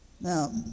now